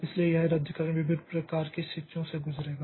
इसलिए यह रद्दकरण विभिन्न प्रकार की स्थितियों से गुजरेगा